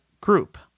group